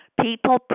People